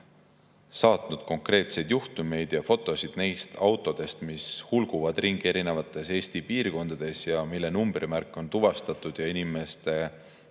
saatnud konkreetseid juhtumeid ja fotosid neist autodest, mis hulguvad ringi erinevates Eesti piirkondades ja mille numbrimärk on tuvastatud, ja inimeste